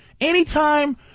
anytime